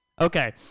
Okay